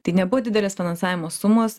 tai nebuvo didelės finansavimo sumos